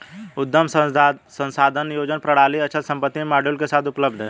उद्यम संसाधन नियोजन प्रणालियाँ अचल संपत्ति मॉड्यूल के साथ उपलब्ध हैं